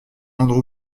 andrew